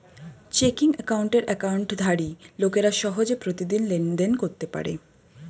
checking অ্যাকাউন্টের অ্যাকাউন্টধারী লোকেরা সহজে প্রতিদিন লেনদেন করতে পারে